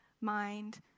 Mind